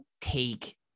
take